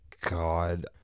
God